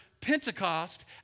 Pentecost